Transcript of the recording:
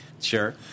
sure